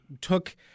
took –